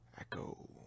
Echo